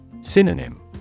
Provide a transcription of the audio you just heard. Synonym